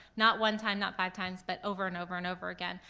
not one time, not five times, but over and over and over again,